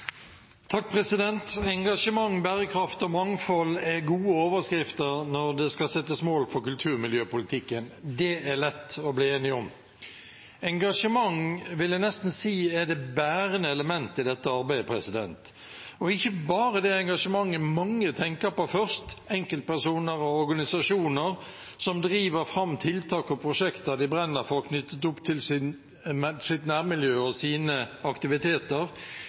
er lett å bli enig om. Engasjement vil jeg nesten si er det bærende element i dette arbeidet, og ikke bare det engasjementet mange tenker på først, enkeltpersoner og organisasjoner som driver fram tiltak og prosjekter de brenner for, knyttet opp til sitt nærmiljø og sine